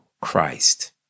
Christ